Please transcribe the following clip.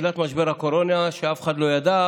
גברתי היושבת בראש, אני אעשה את זה קצר יותר,